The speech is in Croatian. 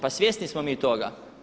Pa svjesni smo mi toga.